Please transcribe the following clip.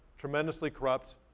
tremendously corrupt,